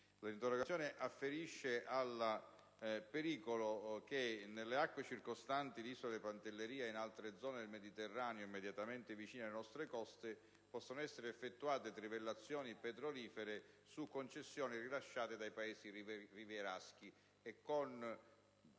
L'interrogazione afferisce al pericolo che nelle acque circostanti l'isola di Pantelleria e in altre zone del Mediterraneo prospicienti le nostre coste possano essere effettuate trivellazioni petrolifere su concessioni rilasciate dai Paesi rivieraschi, in